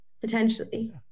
potentially